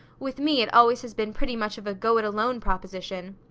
with me it always has been pretty much of a go-it-alone proposition.